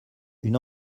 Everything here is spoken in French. une